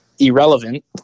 irrelevant